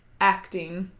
acting.